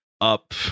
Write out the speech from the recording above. up